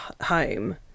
home